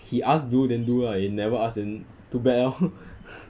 he ask do then do lah if never ask then too bad lor